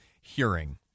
hearing